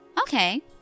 Okay